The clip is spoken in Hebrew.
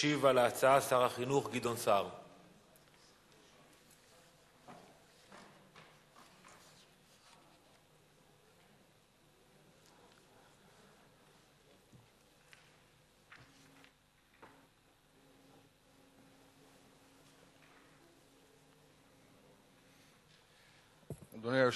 מס' 6611. אני מזמין את חבר הכנסת מוחמד ברכה.